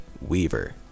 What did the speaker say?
Weaver